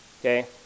Okay